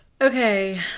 Okay